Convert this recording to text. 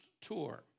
tour